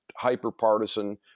hyperpartisan